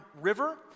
river